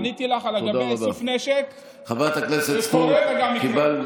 עניתי לך לגבי איסוף הנשק, זה קורה וגם יקרה.